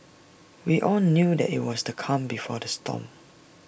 we all knew that IT was the calm before the storm